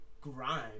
grime